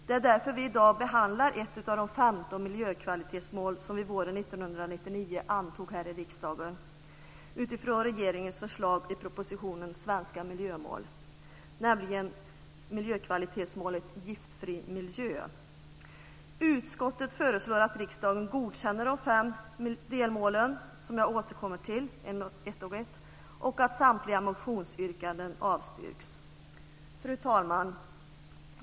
Det är därför vi i dag behandlar ett av de 15 miljökvalitetsmål som vi våren 1999 antog här i riksdagen utifrån regeringens förslag i propositionen Svenska miljömål, nämligen miljökvalitetsmålet Giftfri miljö. Utskottet föreslår att riksdagen godkänner de fem delmålen - som jag återkommer till ett och ett - och att samtliga motionsyrkanden avstyrks. Fru talman!